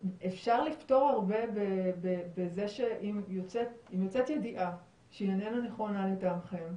אפשר לפתור הרבה בזה שאם יוצאת ידיעה שהיא איננה נכונה לטעמכם,